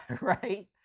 Right